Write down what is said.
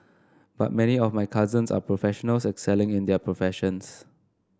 but many of my cousins are professional excelling in their professions